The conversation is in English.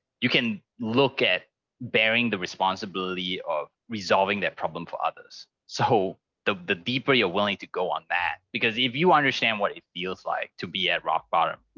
you can look at bearing the responsibility of resolving that problem for others. so the the deeper you're willing to go on that because if you understand what it feels like to be at rock bottom,